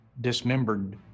dismembered